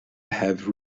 have